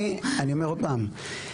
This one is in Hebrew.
אני אומר עוד פעם,